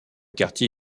quartier